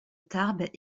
tarbes